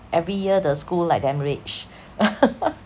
every year the school Iike damn rich